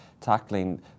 tackling